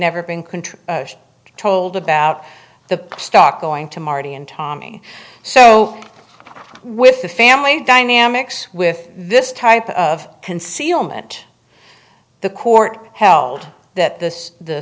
never been control told about the stock going to marty and tommy so with the family dynamics with this type of concealment the court held that this the